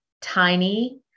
tiny